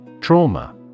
Trauma